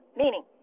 meaning